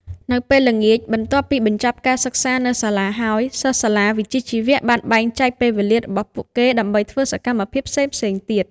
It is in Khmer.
នៅពេលល្ងាច បន្ទាប់ពីបញ្ចប់ការសិក្សានៅសាលាហើយ សិស្សសាលាវិជ្ជាជីវៈបានបែងចែកពេលវេលារបស់ពួកគេដើម្បីធ្វើសកម្មភាពផ្សេងៗទៀត។